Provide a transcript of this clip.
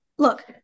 Look